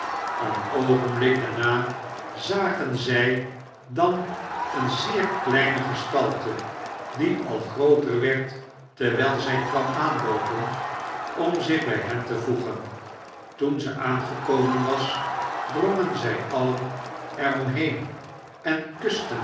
een oogenblik daarna zagen zij dan een zeer kleine gestalte die al grooter word terwyl zy kwam aanloopen om zich bij hen te voegen toen ze aangekomen was drongen zij alien er om heen en kusten